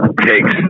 takes